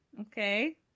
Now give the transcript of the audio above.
Okay